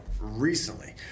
recently